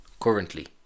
Currently